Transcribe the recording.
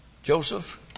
Joseph